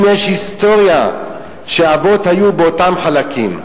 אם יש היסטוריה שהאבות היו באותם חלקים,